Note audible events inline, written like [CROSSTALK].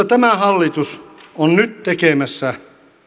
[UNINTELLIGIBLE] tämä hallitus on nyt tekemässä